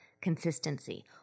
consistency